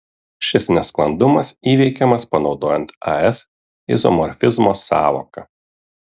šis nesklandumas įveikiamas panaudojant as izomorfizmo sąvoką